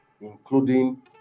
including